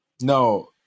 No